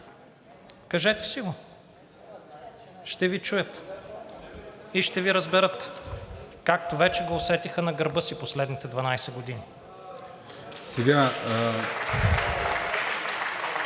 кажете си го! Ще Ви чуят и ще Ви разберат, както вече го усетиха на гърба си последните 12 години.